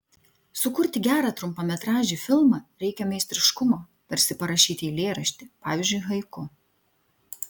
sukurti gerą trumpametražį filmą reikia meistriškumo tarsi parašyti eilėraštį pavyzdžiui haiku